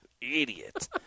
idiot